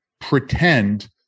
pretend